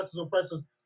oppressors